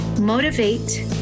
motivate